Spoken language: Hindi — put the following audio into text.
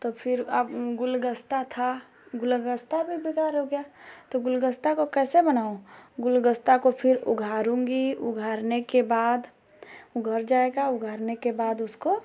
तो फिर अब गूलगस्ता था गूलगस्ता भी बेकार हो गया तो गूलगस्ता को कैसे बनाऊँ गूलगस्ता को फिर उघाड़ूँगी उघाड़ने के बाद उघड़ जाएगाा उघड़ने के बाद उसको